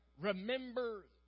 remember